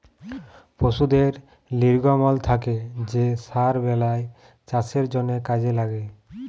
পশুদের লির্গমল থ্যাকে যে সার বেলায় চাষের জ্যনহে কাজে ল্যাগে